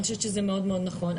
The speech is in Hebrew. אני חושבת שזה מאוד מאוד נכון.